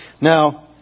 Now